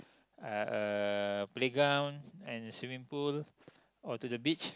uh a playground and swimming pool or to the beach